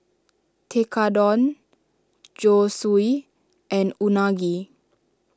Tekkadon Zosui and Unagi